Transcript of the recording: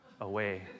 away